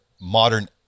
modern